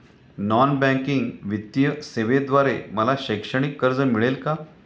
Non banking वित्तीय सेवेद्वारे मला शैक्षणिक कर्ज मिळेल का?